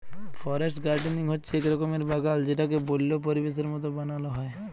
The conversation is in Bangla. ফরেস্ট গার্ডেনিং হচ্যে এক রকমের বাগাল যেটাকে বল্য পরিবেশের মত বানাল হ্যয়